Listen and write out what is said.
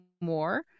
more